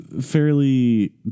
fairly